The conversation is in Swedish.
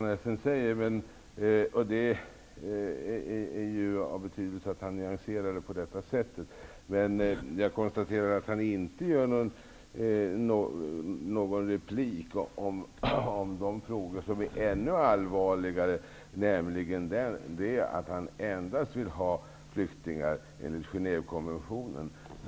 Herr talman! Jag tar fasta på vad Gustaf von Essen säger. Det är av betydelse att han nyanserar på detta sätt. Men jag konstaterar att han inte ger någon replik om de frågor som är ännu allvarli gare, nämligen att han endast vill ha flyktingar en ligt Genèvekonventionen.